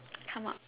come up